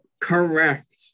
Correct